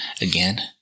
again